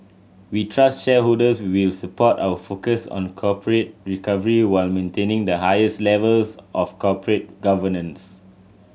we trust shareholders will support our focus on corporate recovery while maintaining the highest levels of corporate governance